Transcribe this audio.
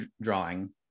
drawing